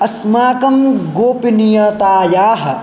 अस्माकं गोपनीयतायाः